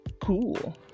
cool